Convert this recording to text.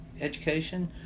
education